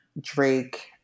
Drake